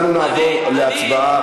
אנחנו נעבור להצבעה.